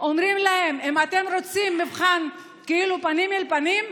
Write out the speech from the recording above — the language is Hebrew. אומרים להם: אם אתם רוצים מבחן פנים אל פנים,